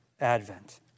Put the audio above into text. Advent